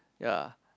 ya